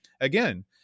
again